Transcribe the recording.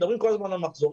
מדברים כל הזמן על מחזורים,